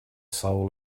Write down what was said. soul